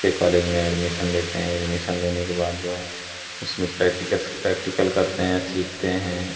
उसके कॉलेज में एडमिशन लेते हैं एडमिसन लेने के बाद जो है उसमें प्रेक्टीकस प्रेक्टिकल करते हैं सीखते हैं